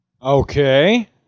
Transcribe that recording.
Okay